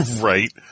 right